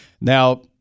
Now